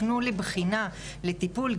הפנו לבחינה לטיפול,